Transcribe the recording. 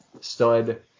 stud